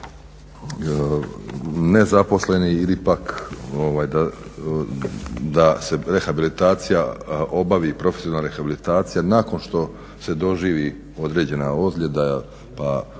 nezaposleni ili ipak da se rehabilitacija obavi, profesionalna rehabilitacija, nakon što se doživi određena ozljeda pa